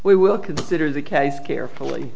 we will consider the case carefully